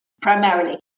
Primarily